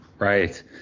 Right